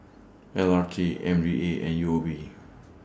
L R T M D A and U O B